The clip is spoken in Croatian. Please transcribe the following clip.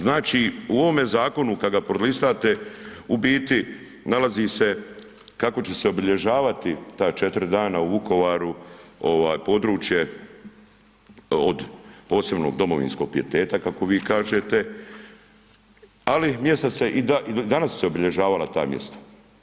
Znači u ovome zakonu kada ga prolistate u biti nalazi se kako će se obilježavati ta četiri dana u Vukovaru područje od posebnog domovinskog pijeteta kako vi kažete, ali i do danas su se obilježavala ta mjesta.